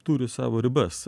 turi savo ribas